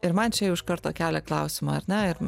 ir man čia jau iš karto kelia klausimą ar ne ir